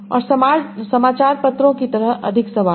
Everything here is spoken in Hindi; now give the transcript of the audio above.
और समाचार पत्रों की तरह अधिक सवाल